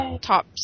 top